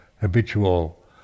habitual